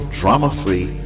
drama-free